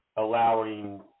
Allowing